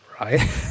right